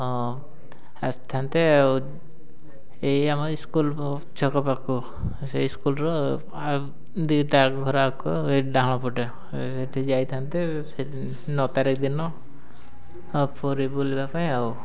ହଁ ଆସିଥାନ୍ତେ ଆଉ ଏଇ ଆମ ସ୍କୁଲ ଛକ ପାଖକୁ ସେ ସ୍କୁଲର ଦୁଇଟା ଘର ଆଗକୁ ଏ ଡାହାଣ ପଟେ ସେଠି ଯାଇଥାନ୍ତେ ସେ ନଅ ତାରିଖ ଦିନ ହଁ ପୁରୀ ବୁଲିବା ପାଇଁ ଆଉ